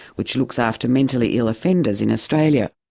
which looks after mentally ill offenders in australia.